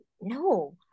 no